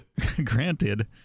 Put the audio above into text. granted